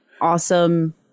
awesome